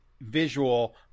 visual